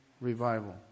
revival